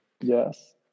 Yes